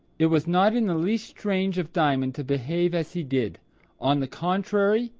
it was not in the least strange of diamond to behave as he did on the contrary,